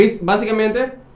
básicamente